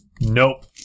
Nope